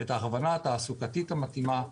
הכוונה תעסוקתית מתאימה.